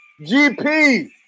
GP